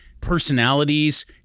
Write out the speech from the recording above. personalities